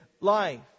life